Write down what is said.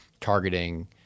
targeting